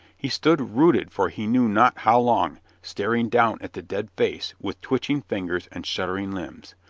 he stood rooted for he knew not how long, staring down at the dead face with twitching fingers and shuddering limbs.